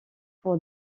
pour